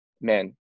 man